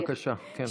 בבקשה, כן.